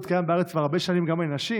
קיים בארץ כבר הרבה שנים גם לנשים,